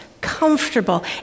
comfortable